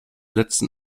letzten